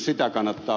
sitä kannattaa